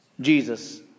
Jesus